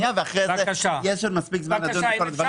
ואחר כך יש מספיק זמן לעשות את כל הדברים.